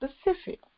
specific